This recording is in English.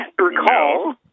recall